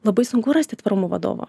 labai sunku rasti tvarumo vadovą